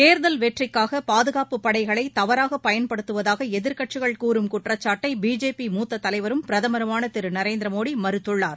தேர்தல் வெற்றிக்காக பாதுகாப்புப் படைகளை தவறாக பயன்படுத்துவதாக எதிர்க்கட்சிகள் கூறும் குற்றச்சாட்டை பிஜேபி மூத்த தலைவரும் பிரதமருமான திரு நரேந்திர மோடி மறுத்துள்ளார்